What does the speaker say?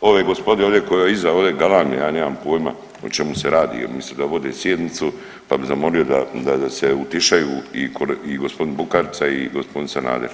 ove gospode ovdje koja iza ovdje galami, ja nema pojma o čemu se radi jer misto da vode sjednicu pa bi zamolio da se utišaju i gospodin Bukarica i gospodin Sanader.